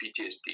PTSD